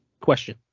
Question